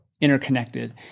interconnected